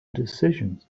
decisions